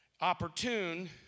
Opportune